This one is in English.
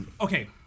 Okay